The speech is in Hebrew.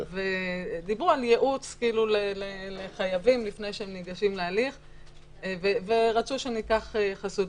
ודיברו על ייעוץ לחייבים לפני שהם ניגשים להליך ורצו שאני אקח חסות.